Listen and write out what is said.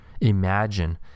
Imagine